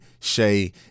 Shay